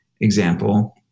example